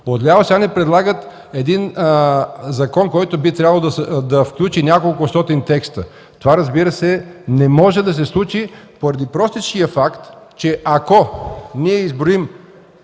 Отляво сега ни предлагат един закон, който би трябвало да включи няколкостотин текста. Това не може да се случи поради простичкия факт, че ако изброим